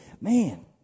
man